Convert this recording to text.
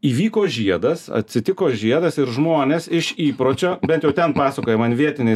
įvyko žiedas atsitiko žiedas ir žmonės iš įpročio bent jau ten pasakoja man vietiniai